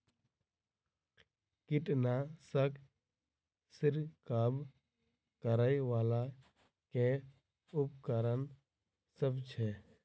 कीटनासक छिरकाब करै वला केँ उपकरण सब छै?